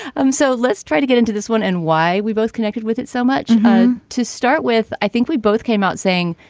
um so let's try to get into this one and why we both connected with it so much to start with. i think we both came out saying,